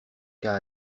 qu’à